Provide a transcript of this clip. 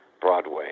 Broadway